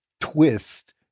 twist